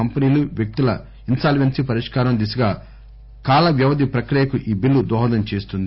కంపెనీలు వ్యక్తుల ఇన్సాల్వేన్సీ పరిష్కారం దిశగా కాల వ్యవధి ప్రక్రియకు ఈ బిల్లు దోహదం చేస్తుంది